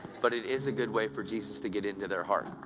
but it is a good way for jesus to get into their heart.